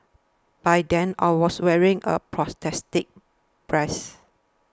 by then I was wearing a prosthetic breast